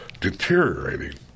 deteriorating